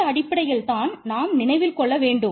இந்த அடிப்படையில்தான் நாம் நினைவு கொள்ள வேண்டும்